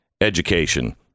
education